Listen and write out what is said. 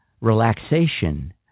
relaxation